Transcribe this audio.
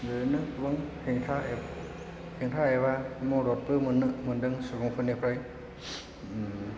ओरैनो गोबां हेंथा एबा मददबो मोनदों मोन्दों सुबुंफोरनिफ्राय